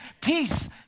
Peace